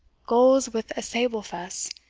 gules with a sable fess,